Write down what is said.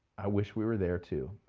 i wish we were there too,